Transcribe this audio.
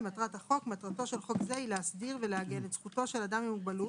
2. מטרתו של חוק זה היא להסדיר ולעגן את זכותו של אדם עם מוגבלות